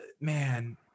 man